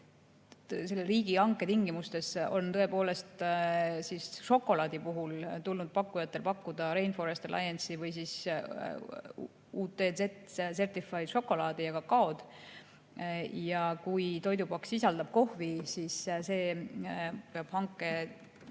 selle riigihanke tingimustes on tõepoolest šokolaadi puhul tulnud pakkujatel pakkuda Rainforest Alliance'i või UTZ Certifiedi šokolaadi ja kakaod. Ja kui toidupakk sisaldab kohvi, siis see peab hanke